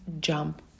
Jump